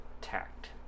tact